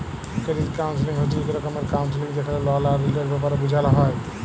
credit counselling হছে ইক রকমের কাউল্সেলিং যেখালে লল আর ঋলের ব্যাপারে বুঝাল হ্যয়